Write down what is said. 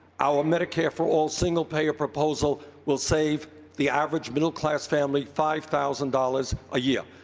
our medicare for all single-payer proposal will save the average middle class family five thousand dollars a year.